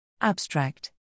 Abstract